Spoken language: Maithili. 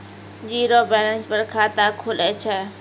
जीरो बैलेंस पर खाता खुले छै?